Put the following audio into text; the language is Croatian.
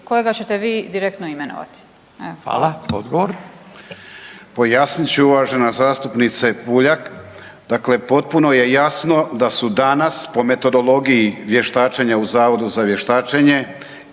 Hvala. Odgovor. **Medved, Tomo (HDZ)** Pojasnit ću uvažena zastupnice Puljak. Dakle, potpuno je jasno da su danas po metodologiji vještačenja u Zavodu za vještačenje